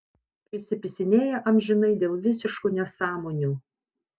prisipisinėja amžinai dėl visiškų nesąmonių